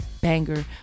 banger